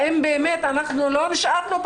האם באמת אנחנו לא נשארנו,